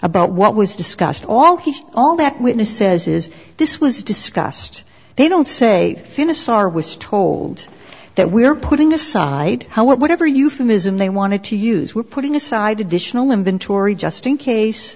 about what was discussed all he all that witness says is this was discussed they don't say finnish star was told that we are putting aside how whatever euphemism they wanted to use we're putting aside additional inventory just in case